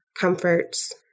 comforts